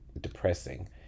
depressing